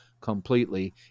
completely